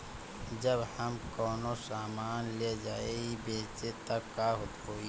जब हम कौनो सामान ले जाई बेचे त का होही?